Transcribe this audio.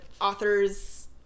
author's